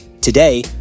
Today